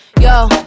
Yo